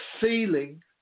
feeling